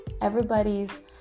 everybody's